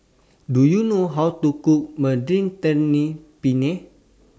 Do YOU know How to Cook Mediterranean Penne